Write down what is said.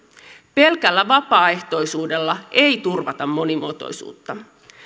pelkällä vapaaehtoisuudella ei turvata monimuotoisuutta